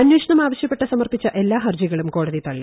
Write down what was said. അന്വേഷണം ആവശ്യപ്പെട്ട് സമർപ്പിച്ച എല്ലാ ഹർജികളും കോടതി തള്ളി